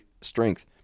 strength